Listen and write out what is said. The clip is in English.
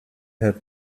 had